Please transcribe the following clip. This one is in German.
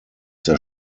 der